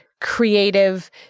creative